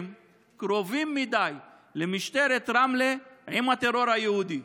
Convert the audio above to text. שקרובים מדי למשטרת רמלה מהטרור היהודי,